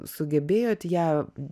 sugebėjot ją